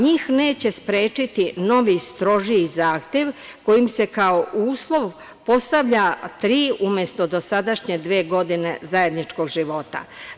NJih neće sprečiti novi strožiji zahtev kojim se kao uslov postavlja tri, umesto dosadašnje dve godine zajedničkog života.